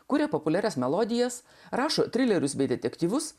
kurie populiarias melodijas rašo trilerius bei detektyvus